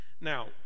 Now